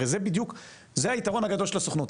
הרי זה היתרון הגדול של הסוכנות,